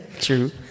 True